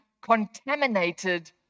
contaminated